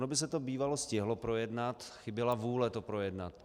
Ono by se to bývalo stihlo projednat, chyběla vůle to projednat.